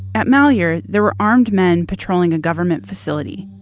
at malheur, there were armed men patrolling a government facility.